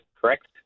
correct